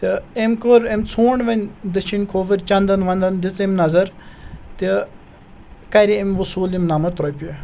تہٕ أمۍ کٔر أمۍ ژھونٛڈ وۄنۍ دٔچھِنۍ کھووٕرۍ چَندَن وَندَن دِژ أمۍ نظر تہٕ کَرے أمۍ وصوٗل یِم نَمَتھ رۄپیہِ